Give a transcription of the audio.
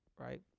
Right